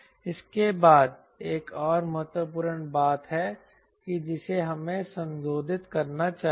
उसके बाद एक और महत्वपूर्ण बात है जिसे हमें संशोधित करना चाहिए